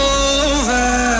over